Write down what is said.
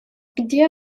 где